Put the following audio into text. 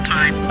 Time